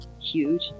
huge